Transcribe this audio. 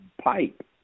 pipe